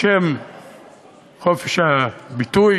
בשם חופש הביטוי,